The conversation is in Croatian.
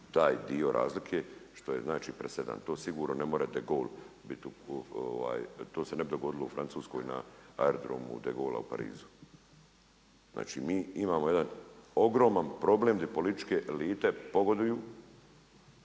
taj dio razlike, što je znači presedan. To sigurno ne morate gol biti, to se ne bi dogodilo u Francuskoj na aerodromu da je …/Govornik se ne razumije./… u Parizu. Znači mi imamo jedan ogroman problem di političke elite pogoduju